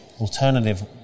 alternative